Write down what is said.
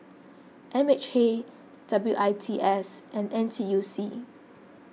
M H A W I T S and N T U C